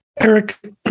Eric